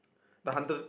the hundred